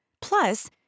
Plus